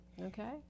okay